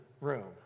room